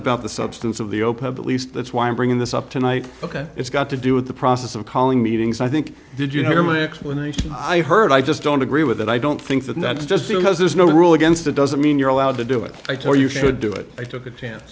about the substance of the open at least that's why i'm bringing this up tonight ok it's got to do with the process of calling meetings i think did you hear my explanation i heard i just don't agree with it i don't think that that's just because there's no rule against it doesn't mean you're allowed to do it i tell you for do it i took a chance